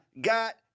got